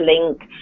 link